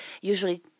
usually